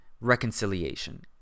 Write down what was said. reconciliation